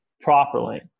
properly